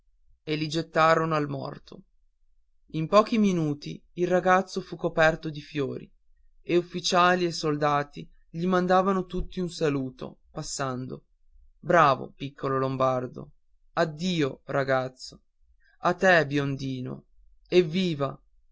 li gettarono al morto in pochi minuti il ragazzo fu coperto di fiori e ufficiali e soldati gli mandavan tutti un saluto passando bravo piccolo lombardo addio ragazzo a te biondino evviva